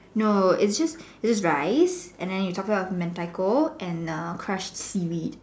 no it's just it's just rice and you top it off with Mentaiko and crushed seaweed